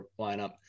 lineup